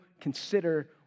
consider